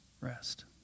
Rest